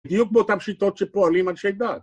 בדיוק באותן שיטות שפועלים אנשי דת